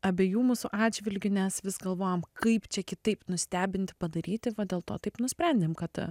abiejų mūsų atžvilgiu nes vis galvojom kaip čia kitaip nustebinti padaryti va dėl to taip nusprendėm kad